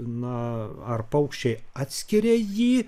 na ar paukščiai atskiria jį